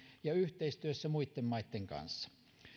ja yhteistyössä muitten maitten kanssa